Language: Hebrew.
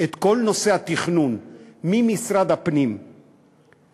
את כל נושא התכנון ממשרד הפנים לאוצר